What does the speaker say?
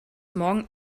morgen